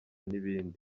n’ikindi